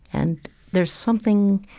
and there's something